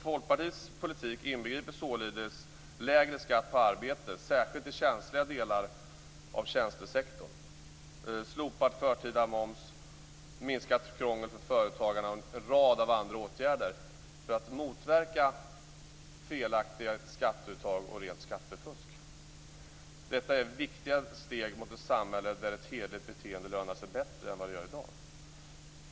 Folkpartiets politik inbegriper således lägre skatt på arbete, särskilt i känsliga delar av tjänstesektorn, slopad förtida moms, minskat krångel för företagarna och en rad andra åtgärder för att motverka felaktiga skatteuttag och rent skattefusk. Detta är viktiga steg mot ett samhälle där ett hederligt beteende lönar sig bättre än i dag.